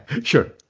sure